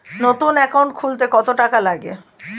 নতুন একাউন্ট খুলতে কত টাকা লাগে?